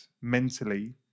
mentally